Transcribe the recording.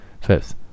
Fifth